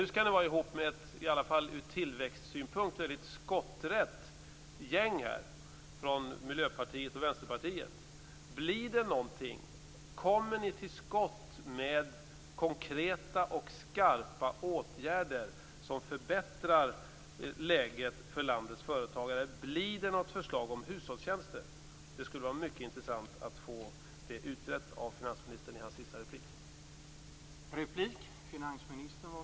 Nu skall ni vara ihop med ett i varje fall ur tillväxtsynpunkt väldigt skotträtt gäng från Miljöpartiet och Vänsterpartiet. Blir det någonting? Kommer ni till skott med konkreta och skarpa åtgärder som förbättrar läget för landets företagare? Blir det något förslag om hushållstjänster? Det skulle vara mycket intressant att få det utrett av finansministern i hans sista replik.